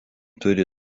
turi